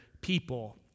people